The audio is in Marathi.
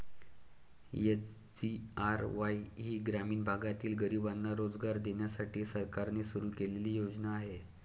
एस.जी.आर.वाई ही ग्रामीण भागातील गरिबांना रोजगार देण्यासाठी सरकारने सुरू केलेली योजना आहे